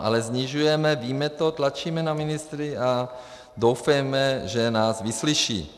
Ale snižujeme, víme to, tlačíme na ministry a doufejme, že nás vyslyší.